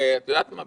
ואת יודעת מה?